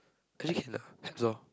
actually can lah